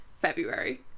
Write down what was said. February